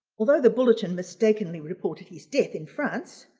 although the bulletin mistakenly reported his death in france,